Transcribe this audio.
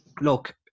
look